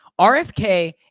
RFK